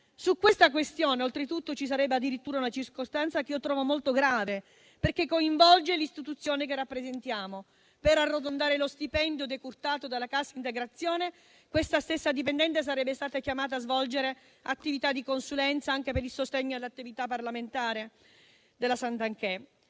oltretutto, ci sarebbe addirittura una circostanza che io trovo molto grave, perché coinvolge l'istituzione che rappresentiamo: per arrotondare lo stipendio decurtato della cassa integrazione, questa stessa dipendente sarebbe stata chiamata a svolgere attività di consulenza anche per il sostegno all'attività parlamentare della ministra